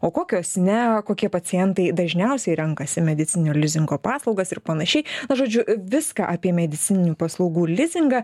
o kokios ne kokie pacientai dažniausiai renkasi medicininio lizingo paslaugas ir panašiai žodžiu viską apie medicininių paslaugų lizingą